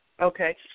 Okay